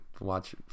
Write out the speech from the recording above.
watch